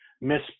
miss